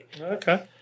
Okay